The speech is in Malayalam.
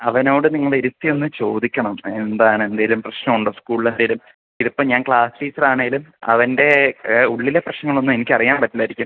അവനോട് നിങ്ങൾ ഇരുത്തിയൊന്ന് ചോദിക്കണം എന്താണ് എന്തെങ്കിലും പ്രശ്നം ഉണ്ടോ സ്കൂളിലെന്തെങ്കിലും ഇതിപ്പം ഞാൻ ക്ലാസ്സ് ടീച്ചറാണെങ്കിലും അവൻ്റെ ഉള്ളിലെ പ്രശ്നങ്ങളൊന്നും എനിക്കറിയാൻ പറ്റില്ലായിരിക്കും